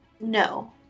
No